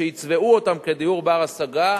שיצבעו אותן כדיור בר-השגה,